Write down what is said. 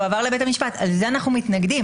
שזה יועבר לבית המשפט ולזה אנחנו מתנגדים.